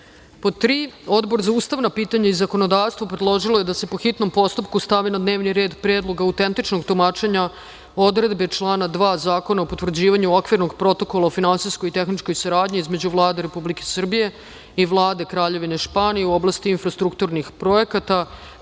– Odbor za ustavna pitanja i zakonodavstvo predložilo je da se, po hitnom postupku, stavi na dnevni red Predlog autentičnog tumačenja odredbe člana 2. Zakona o potvrđivanju Okvirnog protokola o finansijskoj i tehničkoj saradnji između Vlade Republike Srbije i Vlade Kraljevine Španije u oblasti infrastrukturnih projekata,